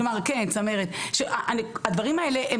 שהדברים האלה,